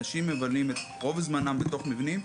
אנשים מבלים את רוב זמנם בתוך מבנים,